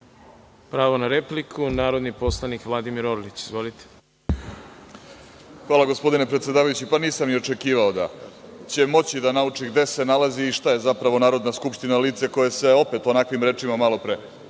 Pravo na repliku ima narodni poslanik Vladimir Orlić. Izvolite. **Vladimir Orlić** Hvala, gospodine predsedavajući. Nisam ni očekivao da će moći da nauči gde se nalazi i šta je zapravo Narodna skupština, lice koje se opet onakvim rečima malopre